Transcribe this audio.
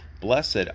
Blessed